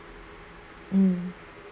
um